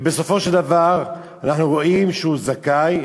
ובסופו של דבר אנחנו רואים שהוא זכאי.